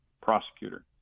prosecutor